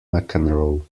mcenroe